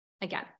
again